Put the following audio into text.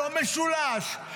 לא משולש,